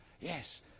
Yes